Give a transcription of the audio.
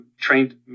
trained